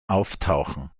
auftauchen